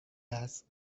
است